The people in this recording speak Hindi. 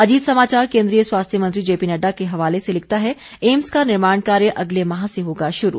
अजीत समाचार केंद्रीय स्वास्थ्य मंत्री जेपी नड्डा के हवाले से लिखता है एम्स का निर्माण कार्य अगले माह से होगा शुरू